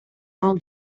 mal